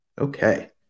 Okay